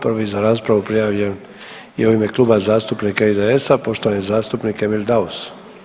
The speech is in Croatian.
Prvi za raspravu je prijavljen je u ime Kluba zastupnika IDS-a, poštovani zastupnik Emil Daus.